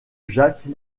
jacques